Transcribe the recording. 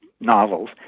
novels